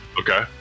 Okay